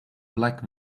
black